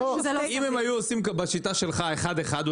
אם הם היו עושים בשיטה שלך אחד-אחד,